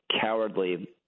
cowardly